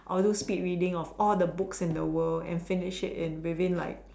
all those speed reading of all the books in the world and finish it within like